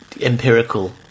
empirical